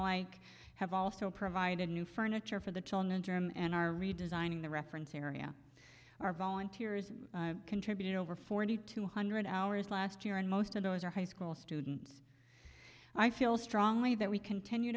like have also provided new furniture for the children and our redesigning the reference area our volunteers contribute over forty two hundred hours last year and most of those are high school students i feel strongly that we continue